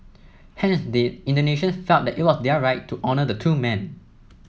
hence the Indonesians felt that it was their right to honour the two men